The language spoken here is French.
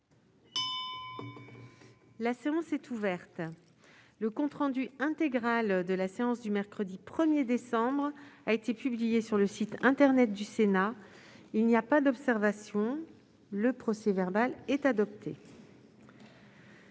La séance est ouverte. Le compte rendu intégral de la séance du mercredi 1 décembre 2021 a été publié sur le site internet du Sénat. Il n'y a pas d'observation ?... Le procès-verbal est adopté.